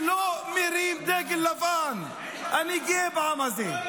שלא מרים דגל לבן, אני גאה בעם הזה.